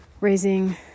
raising